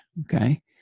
okay